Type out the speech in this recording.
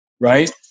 right